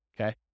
okay